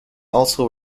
also